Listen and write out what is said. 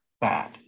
bad